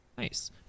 Nice